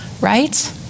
right